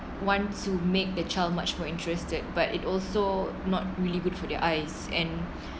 one to make the child much more interested but it also not really good for their eyes and